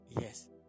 Yes